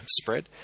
spread